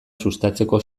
sustatzeko